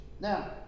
Now